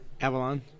Avalon